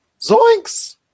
zoinks